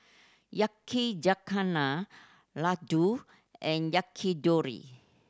Yakizakana Ladoo and Yakitori